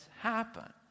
happen